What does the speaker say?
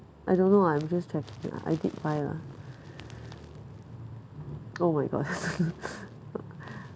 I don't know ah I'm just checking ah I did buy lah oh my god